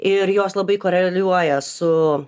ir jos labai koreliuoja su